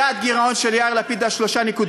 יעד הגירעון של יאיר לפיד היה 3.4%,